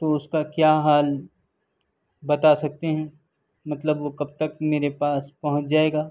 تو اس کا کیا حال بتا سکتے ہیں مطلب وہ کب تک میرے پاس پہنچ جائے گا